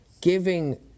giving